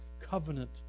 covenant